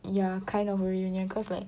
yeah kind of a reunion cause like